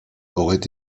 auraient